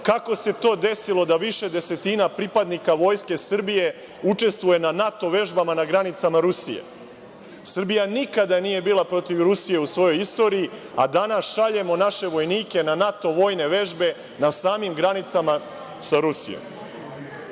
kako se to desilo da više desetina pripadnika Vojske Srbije učestvuje na NATO vežbama na granicama Rusije? Srbija nikada nije bila protiv Rusije u svojoj istoriji, a danas šaljemo naše vojnike na NATO vojne vežbe na samim granicama sa Rusijom. Sedma